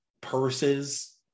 purses